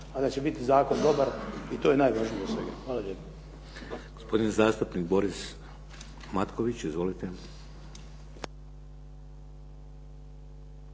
a da će biti zakon dobar. I to je najvažnije od svega. Hvala lijepo. **Šeks, Vladimir (HDZ)** Gospodin zastupnik Boris Matković. Izvolite.